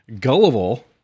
gullible